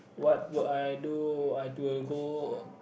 what I do I do a go